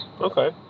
okay